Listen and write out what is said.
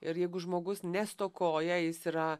ir jeigu žmogus nestokoja jis yra